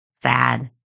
sad